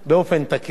לא יכול להיות